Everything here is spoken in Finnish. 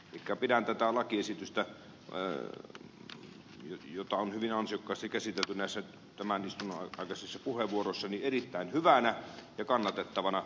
elikkä pidän tätä lakiesitystä jota on hyvin ansiokkaasti käsitelty näissä tämän istunnon aikaisissa puheenvuoroissa erittäin hyvänä ja kannatettavana